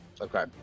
Okay